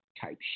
type